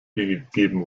gegeben